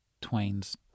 Twain's